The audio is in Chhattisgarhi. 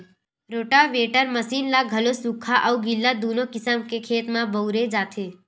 रोटावेटर मसीन ल घलो सुख्खा अउ गिल्ला दूनो किसम के खेत म बउरे जाथे